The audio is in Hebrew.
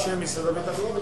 בשם משרד הביטחון.